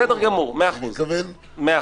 בסדר גמור, מאה אחוז.